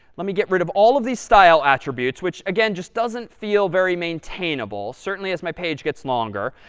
let me get rid of all of these style attributes, which, again, just doesn't feel very maintainable, certainly as my page gets longer.